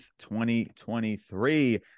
2023